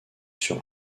sur